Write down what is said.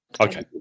Okay